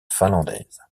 finlandaise